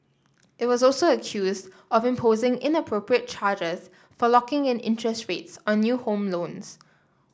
it was also accused of imposing inappropriate charges for locking in interest rates on new home loans